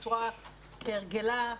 כהרגלה,